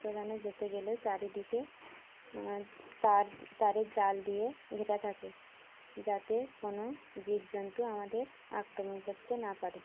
সেখানে যেতে গেলে চারিদিকে তার তারে জাল দিয়ে ঘিরে থাকে যাতে কোনো জীব জন্তু আমাদের আক্রমণ করতে না পারে